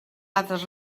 altres